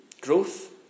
growth